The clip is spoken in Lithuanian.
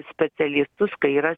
specialistus kai yra